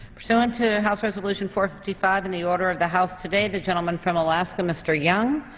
pursuant to house resolution forty five and the order of the house today, the gentleman from alaska, mr. young,